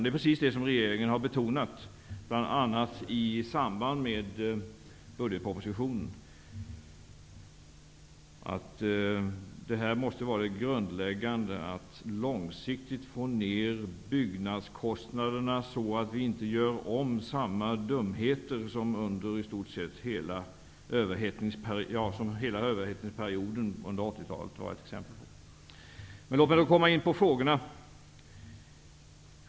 Det är precis det som regeringen har betonat, bl.a. i samband med budgetpropositionen, dvs. att det grundläggande måste vara att långsiktigt få ned byggnadskostnaderna så att vi inte gör om samma dumheter som under i stort sett hela överhettningsperioden på 80-talet. Låt mig då besvara frågorna.